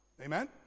Amen